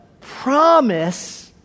promise